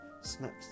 snaps